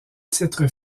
titre